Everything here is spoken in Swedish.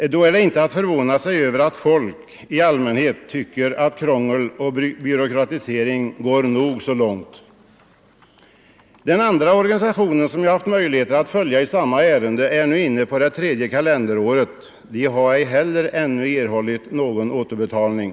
Då är det inte att förvåna sig över att folk i allmänhet tycker att krångel Nr 130 och byråkratisering går nog så långt. Torsdagen den Den andra organisation som jag har haft möjligheter att följa i samma 28 november 1974 ärende är nu inne på det tredje kalenderåret. Den har ej heller ännu erhållit någon återbetalning.